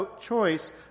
choice